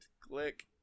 Click